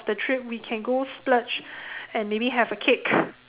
the trip we can go splurge and maybe have a cake